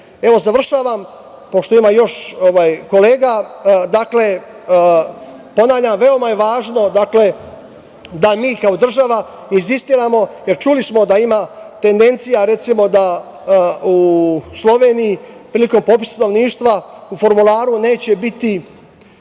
manjina. Završavam pošto ima još kolega. Ponavljam, veoma je važno da mi kao država insistiramo, jer čuli smo da ima tendencija recimo da u Sloveniji prilikom popisa stanovništva u formularu neće biti